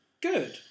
good